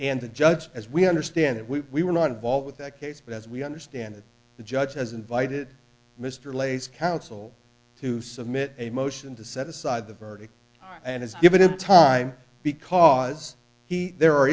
the judge as we understand it we we were not involved with that case but as we understand it the judge has invited mr lay's counsel to submit a motion to set aside the verdict and has given him time because he there are